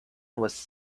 was